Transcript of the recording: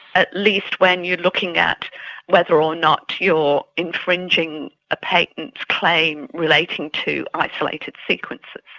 at least when you're looking at whether or not you're infringing a patent claim relating to isolated sequences.